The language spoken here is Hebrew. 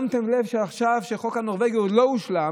שמתם לב שעכשיו, כשהחוק הנורבגי לא הושלם,